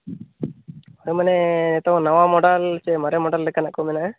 ᱚ ᱢᱟᱱᱮ ᱱᱤᱛᱚᱝ ᱱᱟᱣᱟ ᱢᱚᱰᱮᱞ ᱥᱮ ᱢᱟᱨᱮ ᱢᱚᱰᱮᱞ ᱞᱮᱠᱟᱱᱟᱜ ᱠᱚ ᱢᱮᱱᱟᱜᱼᱟ